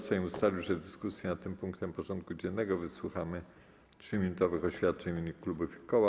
Sejm ustalił, że w dyskusji na tym punktem porządku dziennego wysłucha 3-minutowych oświadczeń w imieniu klubów i koła.